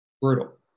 Brutal